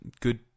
good